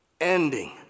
ending